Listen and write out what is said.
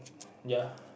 ya